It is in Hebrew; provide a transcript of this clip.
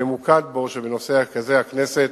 ממוקד בו, שבנושא כזה הכנסת